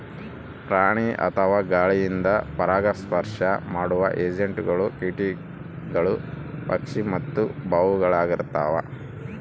ಪ್ರಾಣಿ ಅಥವಾ ಗಾಳಿಯಿಂದ ಪರಾಗಸ್ಪರ್ಶ ಮಾಡುವ ಏಜೆಂಟ್ಗಳು ಕೀಟಗಳು ಪಕ್ಷಿ ಮತ್ತು ಬಾವಲಿಳಾಗಿರ್ತವ